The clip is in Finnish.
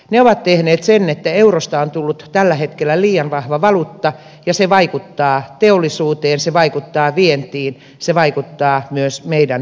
ne ovat tehneet sen että eurosta on tullut tällä hetkellä liian vahva valuutta ja se vaikuttaa teollisuuteen se vaikuttaa vientiin se vaikuttaa myös meidän kauppaamme